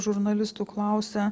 žurnalistų klausia